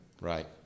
Right